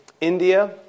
India